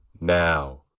now